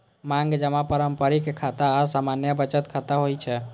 मांग जमा पारंपरिक खाता आ सामान्य बचत खाता होइ छै